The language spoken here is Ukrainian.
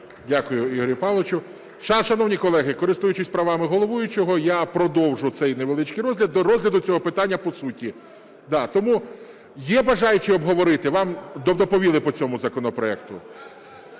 Дякую, Ігорю Павловичу. Шановні колеги, користуючись правами головуючого, я продовжу цей невеличкий розгляд до розгляду цього питання по суті. Тому є бажаючі обговорити? Вам доповіли по цьому законопроекту.